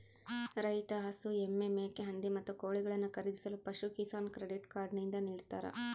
ರೈತ ಹಸು, ಎಮ್ಮೆ, ಮೇಕೆ, ಹಂದಿ, ಮತ್ತು ಕೋಳಿಗಳನ್ನು ಖರೀದಿಸಲು ಪಶುಕಿಸಾನ್ ಕ್ರೆಡಿಟ್ ಕಾರ್ಡ್ ನಿಂದ ನಿಡ್ತಾರ